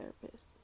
therapist